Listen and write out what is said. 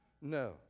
No